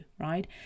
right